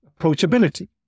approachability